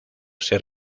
ser